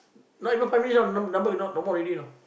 not even five minutes the number cannot no more already you know